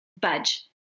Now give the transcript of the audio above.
budge